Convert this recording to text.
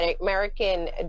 american